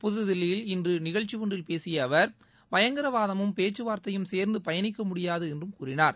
புதுதில்லியில் இன்று நிகழ்ச்சி ஒன்றில் பேசிய அவர் பயங்கரவாதமும் பேச்கவார்தையும் சேர்ந்து பயணிக்க முடியாது என்றும் கூறினார்